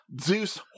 Zeus